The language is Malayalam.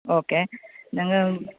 ഓക്കേ നിങ്ങൾ